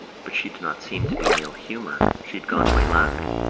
but she did not seem to be in ill humour she had gone away laughing.